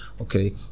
okay